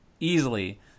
easily